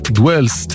dwells